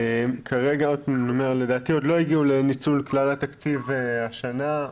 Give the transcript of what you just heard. כרגע לדעתי עוד לא הגיעו לניצול כלל התקציב השנה,